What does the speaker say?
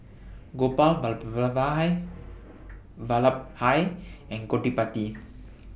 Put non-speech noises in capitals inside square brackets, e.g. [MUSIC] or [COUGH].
Gopal Vallabhbhai [UNINTELLIGIBLE] and Gottipati